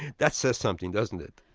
that says something, doesn't it?